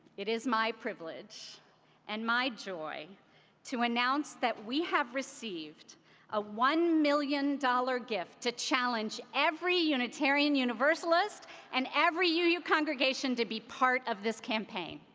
it is my privilege and my joy to announce that we have received a one million dollars gift to challenge every unitarian universalist and every yeah uu congregation to be part of this campaign.